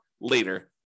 later